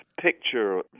picture